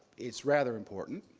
it's rather important.